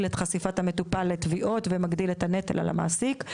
את חשיפת המטופל לתביעות ומגדיל את הנטל על המעסיק.